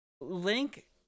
Link